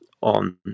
on